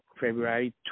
February